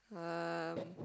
uh